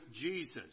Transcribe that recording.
Jesus